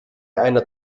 einer